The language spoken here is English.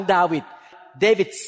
David